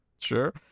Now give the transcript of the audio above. sure